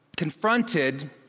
Confronted